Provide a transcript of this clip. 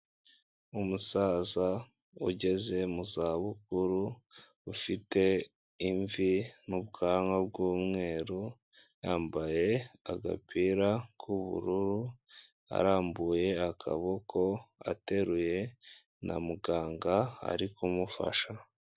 Umusaza ugeze mu za bukuru ufite imvi n'ubwanwa bw'umweru yambaye agapira k'ubururu arambuye akaboko ateruwe na muganga ari kumufasha.